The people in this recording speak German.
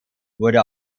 wurde